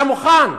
אתה מוכן?